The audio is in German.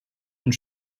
und